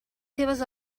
seves